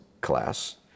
class